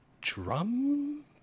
drum